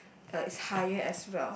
uh it's a higher as well